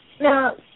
Now